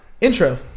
Intro